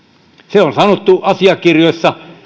se on sanottu asiakirjoissa